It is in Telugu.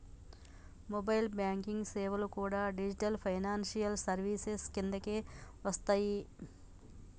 మొబైల్ బ్యేంకింగ్ సేవలు కూడా డిజిటల్ ఫైనాన్షియల్ సర్వీసెస్ కిందకే వస్తయ్యి